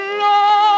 love